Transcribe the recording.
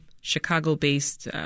Chicago-based